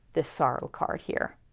the sorrow card here.